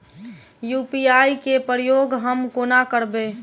UPI केँ प्रयोग हम कोना करबे?